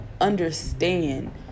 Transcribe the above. understand